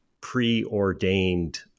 preordained